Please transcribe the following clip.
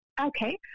Okay